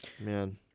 Man